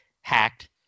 hacked